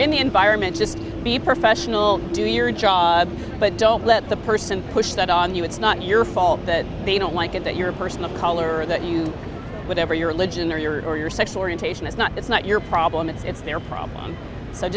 in the environment just be professional do your job but don't let the person push that on you it's not your fault that they don't like it that you're a person of color or that you whatever your religion or your or your sexual orientation is not it's not your problem it's their problem